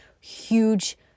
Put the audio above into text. huge